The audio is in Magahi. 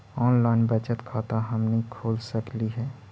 ऑनलाइन बचत खाता हमनी खोल सकली हे?